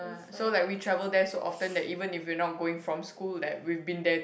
ah so like we travel there so often that even if we're not going from school that we've been there